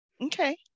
okay